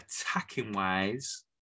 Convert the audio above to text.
attacking-wise